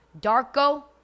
Darko